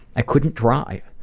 i couldn't drive.